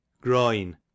Groin